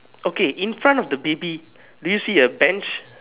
okay in front of the baby do you see a bench